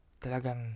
talagang